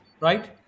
right